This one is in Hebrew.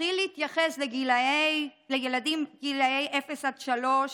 להתחיל להתייחס לילדים בגיל אפס עד שלוש